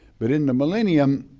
but in the millennium,